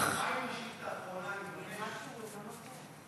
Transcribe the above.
רגע, מה עם השאילתה האחרונה, הוא קיבל כבר?